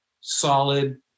solid